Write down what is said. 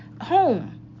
home